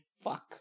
fuck